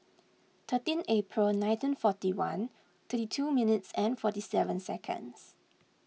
thirteen April nineteen forty one thirty two minutes and forty seven seconds